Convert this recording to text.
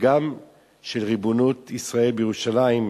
גם של ריבונות ישראל בירושלים.